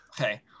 okay